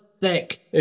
thick